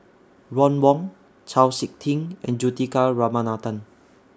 Ron Wong Chau Sik Ting and Juthika Ramanathan